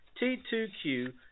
T2Q